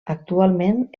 actualment